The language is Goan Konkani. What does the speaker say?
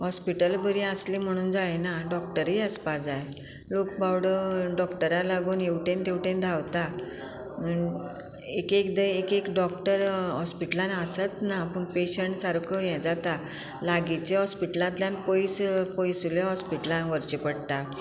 हॉस्पिटल बरी आसली म्हणून जायना डॉक्टरय आसपा जाय लोक बावडो डॉक्टरा लागून हेवटेन तेवटेन धांवता एक एकदा एक एक डॉक्टर हॉस्पिटलान आसत ना पूण पेशंट सारको हें जाता लागींचे हॉस्पिटलांतल्यान पयस पयसुल्ल्या हॉस्पिटलांत व्हरचें पडटा